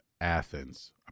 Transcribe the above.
Athens